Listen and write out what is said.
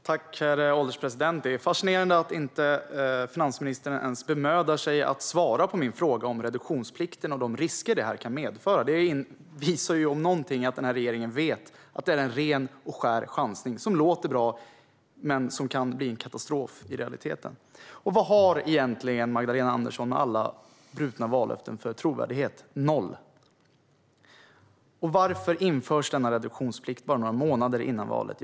Herr ålderspresident! Det är fascinerande att finansministern inte ens bemödar sig om att svara på min fråga om reduktionsplikten och de risker den kan medföra. Det om något visar att regeringen vet att detta är en ren och skär chansning som låter bra men som i realiteten kan bli en katastrof. Vad har egentligen Magdalena Andersson för trovärdighet med alla brutna vallöften? Noll. Varför införs reduktionsplikten bara några månader före valet?